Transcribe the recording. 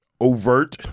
overt